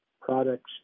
products